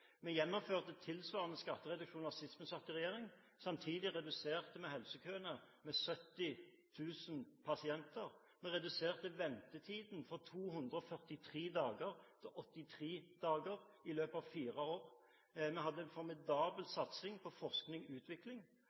Vi gjennomførte tilsvarende skattereduksjoner sist vi satt i regjering. Samtidig reduserte vi helsekøene med 70 000 pasienter, vi reduserte ventetiden fra 243 dager til 83 dager i løpet av fire år, vi hadde en formidabel satsing på forskning og utvikling,